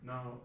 Now